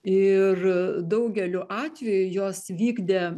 ir daugeliu atvejų jos vykdė